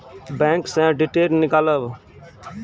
Bank से detail नीकालव?